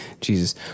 Jesus